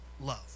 love